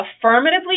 affirmatively